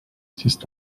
sest